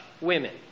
women